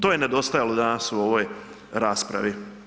To je nedostajalo danas u ovoj raspravi.